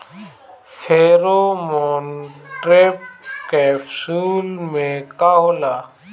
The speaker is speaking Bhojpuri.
फेरोमोन ट्रैप कैप्सुल में का होला?